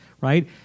right